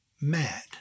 mad